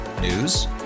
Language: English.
News